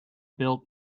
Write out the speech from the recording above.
built